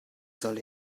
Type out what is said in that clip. soll